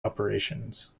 operations